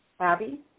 Abby